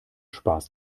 spaß